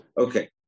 Okay